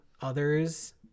others